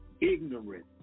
ignorant